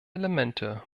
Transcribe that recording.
elemente